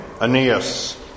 Aeneas